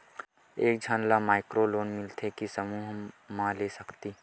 एक झन ला माइक्रो लोन मिलथे कि समूह मा ले सकती?